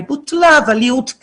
היא בוטלה, אבל היא עודכנה.